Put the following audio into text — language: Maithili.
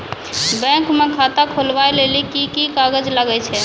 बैंक म खाता खोलवाय लेली की की कागज लागै छै?